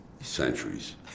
centuries